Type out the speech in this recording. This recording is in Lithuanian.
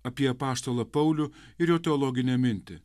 apie apaštalą paulių ir jo teologinę mintį